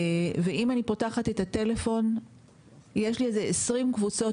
ואם אני פותחת את הטלפון יש לי כ-20 קבוצות